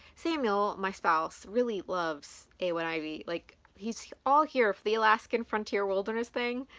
samuel my spouse really loves eowyn ivey. like he's all here for the alaskan frontier wilderness thing,